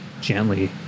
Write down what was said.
gently